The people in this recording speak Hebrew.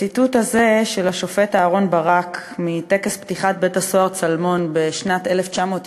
בציטוט הזה של השופט אהרן ברק בטקס פתיחת בית-הסוהר "צלמון" בשנת 1996